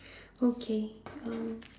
okay um